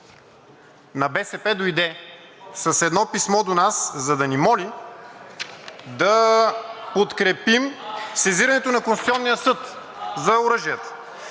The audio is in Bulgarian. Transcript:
на БСП дойде с едно писмо до нас, за да ни моли да подкрепим сезирането на Конституционния съд за оръжията.